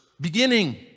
beginning